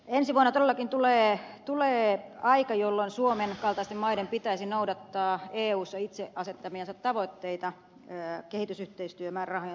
ensi vuonna todellakin tulee aika jolloin suomen kaltaisten maiden pitäisi noudattaa eussa itse asettamiaan tavoitteita kehitysyhteistyömäärärahojen suhteen